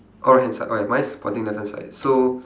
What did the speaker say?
oh right hand side mine mine is pointing left hand side so